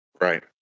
right